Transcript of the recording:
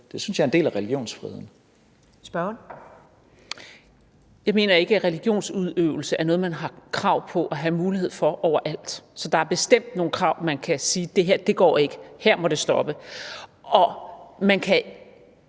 Spørgeren. Kl. 14:43 Marie Krarup (DF): Jeg mener ikke, at religionsudøvelse er noget, man har krav på at få mulighed for overalt. Så der er bestemt nogle krav, hvor man kan sige: Det her går ikke – her må det stoppe. Og man kan